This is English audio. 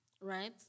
right